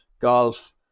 golf